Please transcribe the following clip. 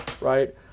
right